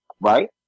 Right